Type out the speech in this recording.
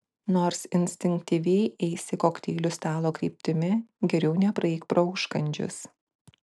nors instinktyviai eisi kokteilių stalo kryptimi geriau nepraeik pro užkandžius